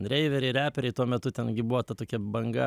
reiveriai reperiai tuo metu ten gi buvo ta tokia banga